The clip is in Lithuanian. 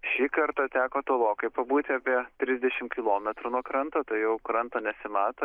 šį kartą teko tolokai pabūti apie trisdešim kilometrų nuo kranto tai jau kranto nesimato